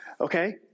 okay